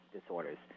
disorders